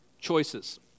choices